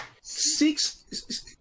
six